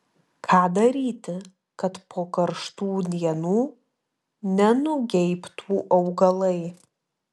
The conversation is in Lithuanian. ką daryti kad po karštų dienų nenugeibtų augalai